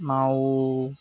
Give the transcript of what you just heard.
ನಾವು